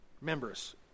members